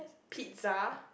pizza